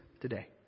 today